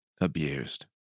abused